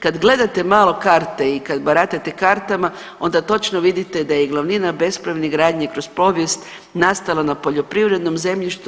Kada gledate malo karte i kada baratate kartama onda točno vidite da je i glavnina bespravne gradnje kroz povijest nastala na poljoprivrednom zemljištu.